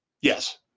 Yes